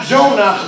Jonah